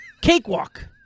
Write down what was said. Cakewalk